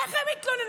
איך הן יתלוננו?